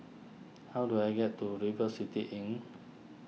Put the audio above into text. how do I get to River City Inn